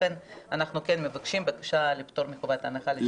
לכן אנחנו מבקשים בקשה לפטור מחובת הנחה.